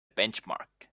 benchmark